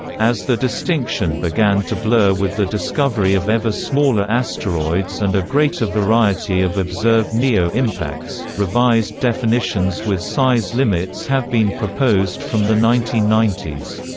as the distinction began to blur with the discovery of ever smaller asteroids and a greater variety of observed neo impacts, revised definitions with size limits have been proposed from the nineteen ninety s.